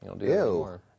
Ew